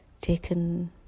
taken